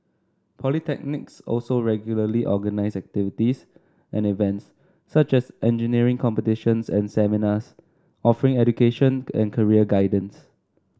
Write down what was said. polytechnics also regularly organise activities and events such as engineering competitions and seminars offering education and career guidance